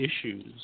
issues